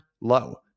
low